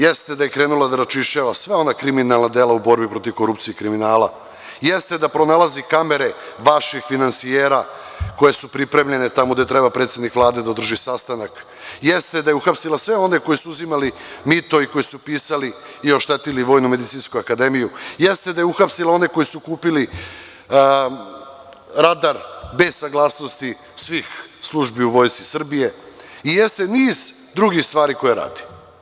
Jeste da je krenula da razčišćava sva ona kriminalna dela u borbi protiv korupcije i kriminala, jeste da pronalazi kamere vaših finansijera koje su pripremljene tamo gde treba predsednik Vlade da održi sastanak, jeste da je uhapsila sve one koji su uzimali mito i koji su pisali i oštetili VMA, jeste da je uhapsila one koji su kupili radar bez saglasnosti svih službi u Vojsci Srbije i jeste niz drugih stvari koje radi.